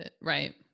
Right